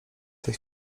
tej